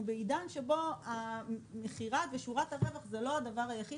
אנחנו בעידן שבו המכירה ושורת הרווח הם לא הדבר היחיד,